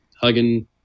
hugging